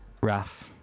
raf